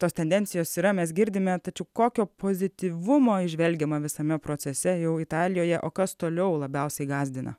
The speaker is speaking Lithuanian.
tos tendencijos yra mes girdime tačiau kokio pozityvumo įžvelgiama visame procese jau italijoje o kas toliau labiausiai gąsdina